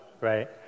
right